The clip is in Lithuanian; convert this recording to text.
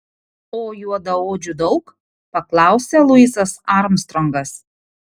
o juodaodžių daug paklausė luisas armstrongas